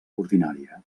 ordinària